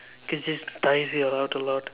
cause this tires you a lot a lot